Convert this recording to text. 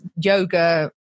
yoga